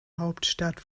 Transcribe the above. hauptstadt